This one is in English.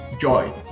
joy